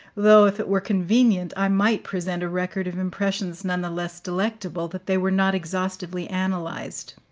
though if it were convenient i might present a record of impressions nonetheless delectable that they were not exhaustively analyzed.